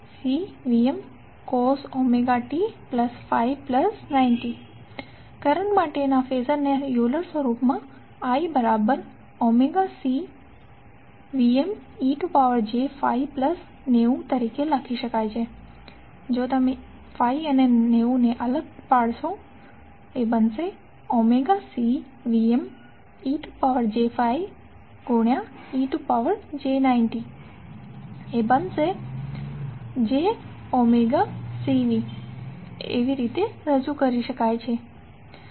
iωCVmcos ωt∅90 current માટેના phasor ને Euler સ્વરૂપમાં IωCVmej∅90ωCVmej∅ej90jωCVmej∅jωCV રજૂ કરી શકાય છે